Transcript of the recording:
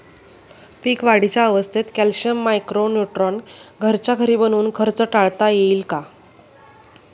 पीक वाढीच्या अवस्थेत calcium, micro neutron घरच्या घरी बनवून खर्च टाळता येईल का?